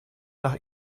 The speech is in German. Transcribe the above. nach